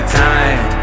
time